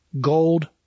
gold